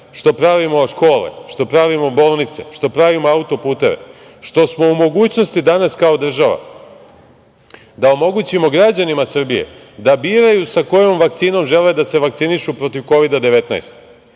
što pravimo škole, bolnice, što pravimo autoputeve, što smo u mogućnosti danas kao država da omogućimo građanima Srbije da biraju sa kojom vakcinom žele da se vakcinišu protiv Kovida 19.